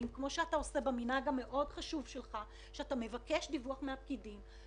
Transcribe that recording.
כמו שאתה עושה במנהג החשוב שלך שאתה מבקש מהפקידים לבדוק.